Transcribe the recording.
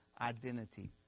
identity